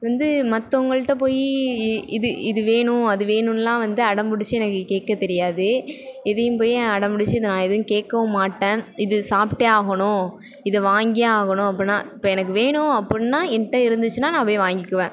வந்து மற்றவங்கள்ட்ட போய் இது இது வேணும் அது வேணும்லாம் வந்து அடம்புடிச்சு எனக்கு கேட்க தெரியாது எதையும் போய் அடம் புடிச்சு இது நான் எதுவும் கேட்கவும் மாட்டேன் இது சாப்பிட்டே ஆகணும் இது வாங்கியே ஆகணும் அப்புடின்னா இப்போ எனக்கு வேணும் அப்புடின்னா என்கிட்ட இருந்துச்சுன்னால் நான் போய் வாங்கிக்கிவேன்